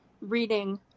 reading